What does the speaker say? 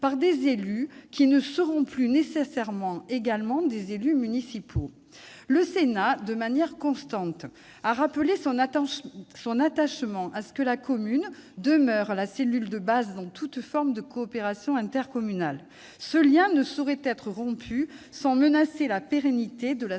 par des élus qui ne seront plus nécessairement également des élus municipaux. Le Sénat, de manière constante, a rappelé son attachement à ce que la commune demeure la cellule de base dans toute forme de coopération intercommunale. Ce lien ne saurait être rompu sans menacer la pérennité de la